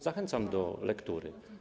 Zachęcam do lektury.